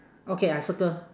okay I circle